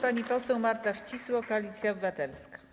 Pani poseł Marta Wcisło, Koalicja Obywatelska.